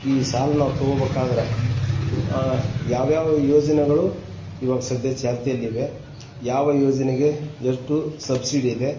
ಈ ಸಾಲ ನಾವು ತೊಗೋಬೇಕಾದ್ರ ಯಾವ್ಯಾವ ಯೋಜನೆಗಳು ಇವಾಗ ಸದ್ಯ ಚಾಲ್ತಿಯಲ್ಲಿವೆ ಯಾವ ಯೋಜನೆಗೆ ಎಷ್ಟು ಸಬ್ಸಿಡಿ ಇದೆ